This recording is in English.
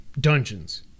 Dungeons